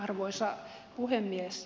arvoisa puhemies